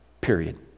period